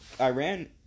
Iran